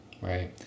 Right